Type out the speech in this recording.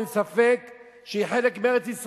אין ספק שהם חלק מארץ-ישראל,